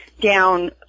down